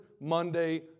Monday